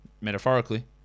metaphorically